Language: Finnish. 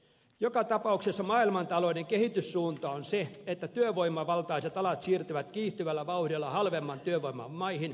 joka tapauksessa maailmantalouden kehityssuunta on se että työvoimavaltaiset alat siirtyvät kiihtyvällä vauhdilla halvemman työvoiman maihin